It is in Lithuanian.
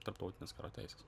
tarptautinės karo teisės